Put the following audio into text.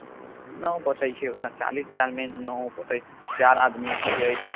नहि बचै छै ओतना चालिस हजारमे नहि होतै चारि आदमी छिए